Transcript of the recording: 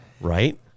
Right